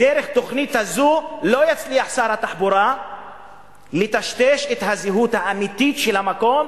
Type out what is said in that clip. דרך התוכנית הזו לא יצליח שר התחבורה לטשטש את הזהות האמיתית של המקום,